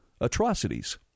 atrocities